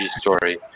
story